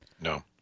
No